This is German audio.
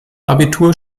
abitur